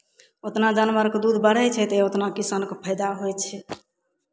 ओतना जानवरके दूध बढ़ै छै तऽ ओतना किसानके फायदा होइ छै